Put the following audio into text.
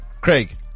Craig